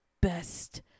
best